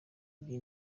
by’i